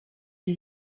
ibi